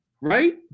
right